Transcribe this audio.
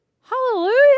Hallelujah